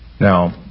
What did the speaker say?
Now